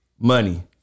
Money